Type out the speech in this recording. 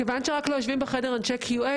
מכיוון שלא יושבים בחדר אנשי QA,